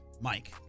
Mike